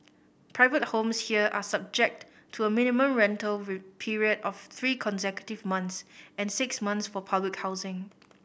private homes here are subject to a minimum rental period of three consecutive months and six months for housing